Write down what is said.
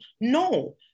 No